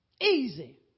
Easy